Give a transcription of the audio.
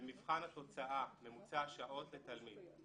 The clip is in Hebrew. (שקף: ממוצע שעות לתלמיד לפי שלבי חינוך